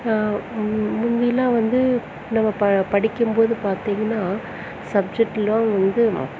முந்திலாம் வந்து நம்ம ப படிக்கும் போது பார்த்தீங்கன்னா சப்ஜெட்லாம் வந்து